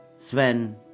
Sven